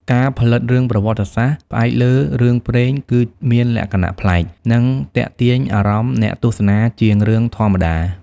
ការផលិតរឿងប្រវត្តិសាស្ត្រផ្អែកលើរឿងព្រេងគឺមានលក្ខណៈប្លែក និងទាក់ទាញអារម្មណ៍អ្នកទស្សនាជាងរឿងធម្មតា។